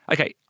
Okay